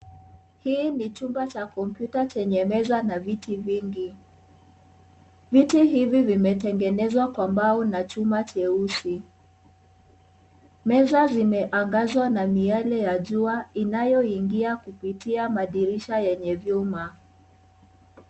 Hii ni chumba cha kompyuta chenye meza na viti vingi. Viti hivi vimetengenezwa Kwa mbao na chuma jeusi. Meza zimeangazwa na miyale ya jua inayoingia kupitia madirisha yenye vyuma.